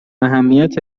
اهمیت